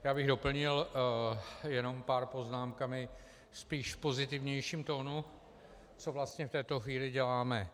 Já bych doplnil jenom pár poznámkami, spíš v pozitivnějším tónu, co vlastně v této chvíli děláme.